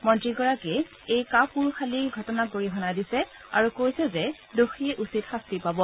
মন্ত্ৰীগৰাকীয়ে এই কাপুৰুষালীৰ ঘটনাক গৰিহনা দিছে আৰু কৈছে যে দোষীয়ে উচিত শাস্তি পাব